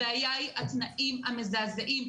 הבעיה היא התנאים המזעזעים,